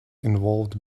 involved